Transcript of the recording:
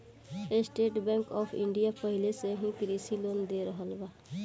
estate bank of India पाहिले से ही कृषि लोन दे रहल बा